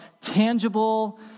tangible